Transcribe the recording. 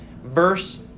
verse